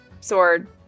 sword